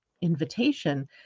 invitation